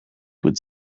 would